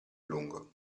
lungo